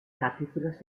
capítulos